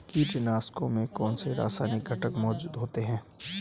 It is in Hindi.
कीटनाशकों में कौनसे रासायनिक घटक मौजूद होते हैं?